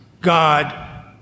God